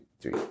three